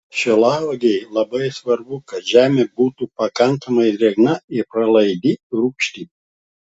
šilauogei labai svarbu kad žemė būtų pakankamai drėgna ir pralaidi rūgšti